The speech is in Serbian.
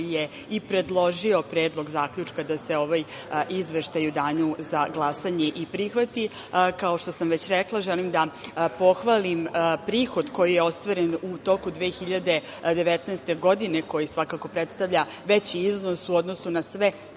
i predložio Predlog zaključka da se ovaj Izveštaj u danu za glasanje i prihvati. Kao što sam već rekla, želim da pohvalim prihod koji je ostvaren u toku 2019. godine, koji svakako predstavlja veći iznos u odnosu na sve